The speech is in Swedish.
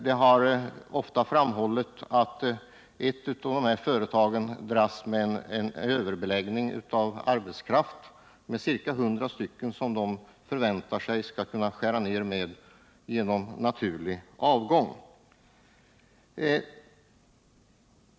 Det har ofta framhållits att ett par av de här företagen dras med en överbeläggning av arbetskraft på ca 100 personer, och företagen väntar att de skall kunna göra den nedskärning det gäller med naturlig avgång.